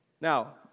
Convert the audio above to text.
Now